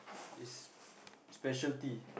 is speciality